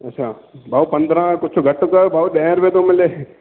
अछा भाऊ पंदरहां कुझु घटि अथव ॾहें रुपये थो मिले